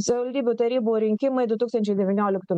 savivaldybių tarybų rinkimai du tūkstančiai devynioliktų